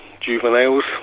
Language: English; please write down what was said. juveniles